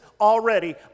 already